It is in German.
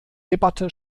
debatte